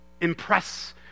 Impress